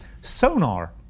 sonar